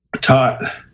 taught